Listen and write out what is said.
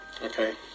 Okay